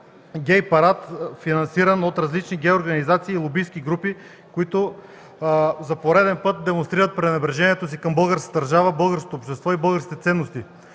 гей парад, финансиран от различни гей организации и лобистки групи, които за пореден път демонстрират пренебрежението си към българската държава, българското общество и българските ценности.